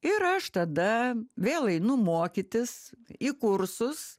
ir aš tada vėl einu mokytis į kursus